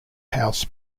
house